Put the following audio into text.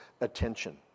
attention